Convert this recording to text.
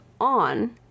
on